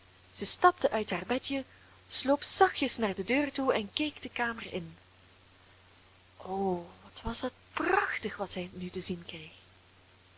zij stapte uit haar bedje sloop zachtjes naar de deur toe en keek de kamer in o wat was dat prachtig wat zij nu te zien kreeg